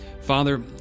Father